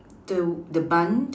the bun